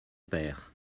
père